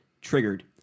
Triggered